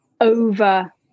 over